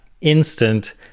instant